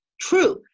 true